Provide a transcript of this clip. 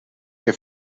que